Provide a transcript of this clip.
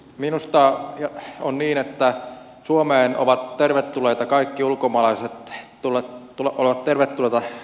minusta on niin että suomeen ovat kaikki ulkomaalaiset tervetulleita tekemään töitä